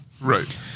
Right